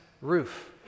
roof